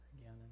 again